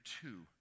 two